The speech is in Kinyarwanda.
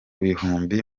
bihumbi